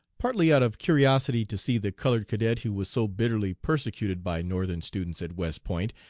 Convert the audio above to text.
partly out of curiosity to see the colored cadet who was so bitterly persecuted by northern students at west point,